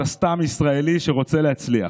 אתה סתם ישראלי שרוצה להצליח,